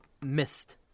missed